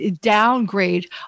downgrade